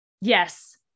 Yes